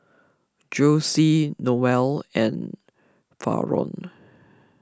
Jossie Noel and Faron